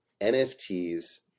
NFTs